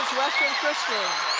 christian.